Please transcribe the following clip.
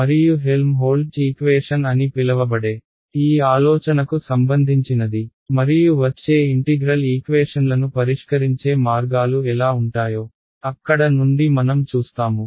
మరియు Helmholtz equation అని పిలవబడే ఈ ఆలోచనకు సంబంధించినది మరియు వచ్చే ఇంటిగ్రల్ ఈక్వేషన్లను పరిష్కరించే మార్గాలు ఎలా ఉంటాయో అక్కడ నుండి మనం చూస్తాము